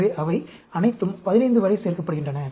எனவே அவை அனைத்தும் 15 வரை சேர்க்கப்படுகின்றன